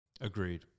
agreed